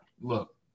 Look